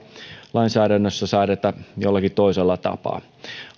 lainsäädännössä säädetä jollakin toisella tapaa